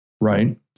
right